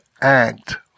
act